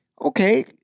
Okay